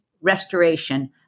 Restoration